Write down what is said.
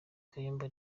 kayumba